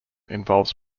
involves